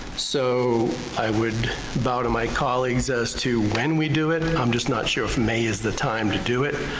so i would bow to my colleagues as to when we do it. and i'm just not sure if may is the time to do it